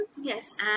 Yes